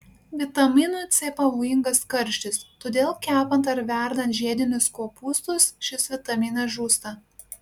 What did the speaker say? vitaminui c pavojingas karštis todėl kepant ar verdant žiedinius kopūstus šis vitaminas žūsta